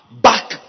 back